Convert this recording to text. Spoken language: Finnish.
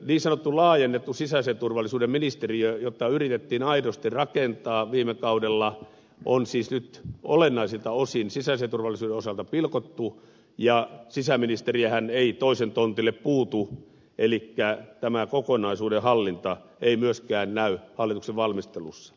niin sanottu laajennettu sisäisen turvallisuuden ministeriö jota yritettiin aidosti rakentaa viime kaudella on siis nyt olennaisilta osin sisäisen turvallisuuden osalta pilkottu ja sisäministerihän ei toisen tontille puutu elikkä tämän kokonaisuuden hallinta ei myöskään näy hallituksen valmistelussa